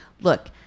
look